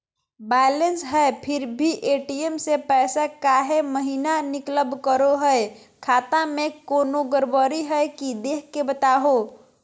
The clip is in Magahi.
बायलेंस है फिर भी भी ए.टी.एम से पैसा काहे महिना निकलब करो है, खाता में कोनो गड़बड़ी है की देख के बताहों?